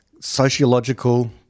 sociological